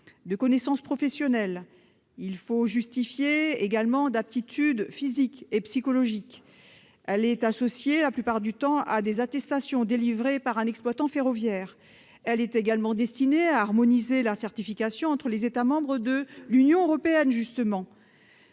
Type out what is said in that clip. de connaissances professionnelles. Il faut également justifier d'aptitudes physiques et psychologiques. Ladite licence est associée, la plupart du temps, à des attestations délivrées par un exploitant ferroviaire. Elle est en outre précisément destinée à harmoniser la certification entre les États membres de l'Union européenne.